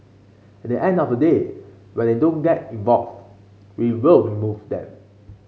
at the end of the day when they don't get involved we will remove them